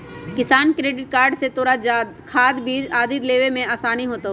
किसान credit card से तोरा खाद, बीज आदि लेवे में आसानी होतउ